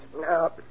No